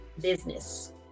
business